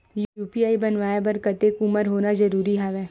UPI बनवाय बर कतेक उमर होना जरूरी हवय?